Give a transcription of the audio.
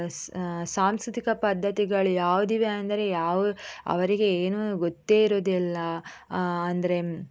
ಸ ಸಾಂಸ್ಕೃತಿಕ ಪದ್ಧತಿಗಳು ಯಾವುದಿವೆ ಅಂದರೆ ಯಾವ ಅವರಿಗೆ ಏನು ಗೊತ್ತೇ ಇರುವುದಿಲ್ಲ ಅಂದರೆ